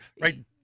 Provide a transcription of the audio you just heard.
right